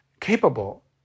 capable